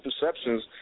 perceptions